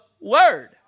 word